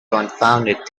confounded